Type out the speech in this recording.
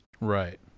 Right